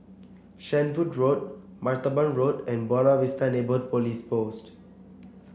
Shenvood Road Martaban Road and Buona Vista Neighbourhood Police Post